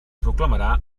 proclamarà